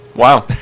Wow